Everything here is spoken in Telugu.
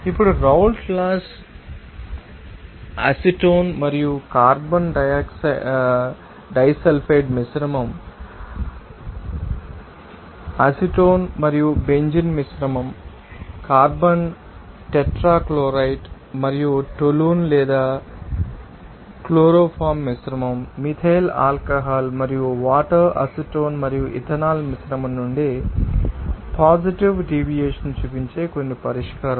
ఇప్పుడు రౌల్ట్ లాస్ అసిటోన్ మరియు కార్బన్ డైసల్ఫైడ్ మిశ్రమం అసిటోన్ మరియు బెంజీన్ మిశ్రమం కార్బన్ టెట్రాక్లోరైడ్ మరియు టోలున్ లేదా క్లోరోఫామ్ మిశ్రమం మిథైల్ ఆల్కహాల్ మరియు వాటర్ అసిటోన్ మరియు ఇథనాల్ మిశ్రమం నుండి పాజిటివ్ డీవియేషన్ చూపించే కొన్ని పరిష్కారాలు